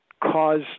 cause